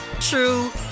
true